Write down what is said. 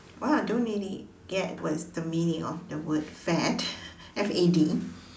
oh I don't really get what is the meaning of the word fad F A D